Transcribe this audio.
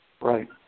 Right